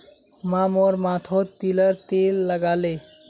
माँ मोर माथोत तिलर तेल लगाले